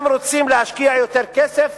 אם רוצים להשקיע יותר כסף,